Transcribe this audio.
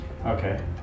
okay